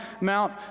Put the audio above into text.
Mount